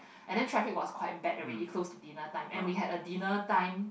and then traffic was quite bad already close to dinner time and we had a dinner time